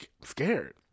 scared